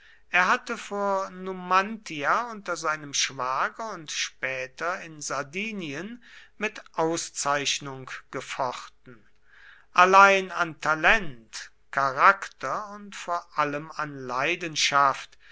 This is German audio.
er hatte vor numantia unter seinem schwager und später in sardinien mit auszeichnung gefochten allein an talent charakter und vor allem an leidenschaft